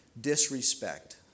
disrespect